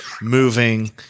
moving